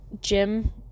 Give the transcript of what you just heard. gym